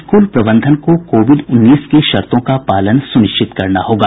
school प्रबंधन को Covid उन्नीस की शर्तों का पालन सुनिश्चित करना होगा